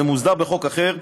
זה מוסדר בחוק אחר,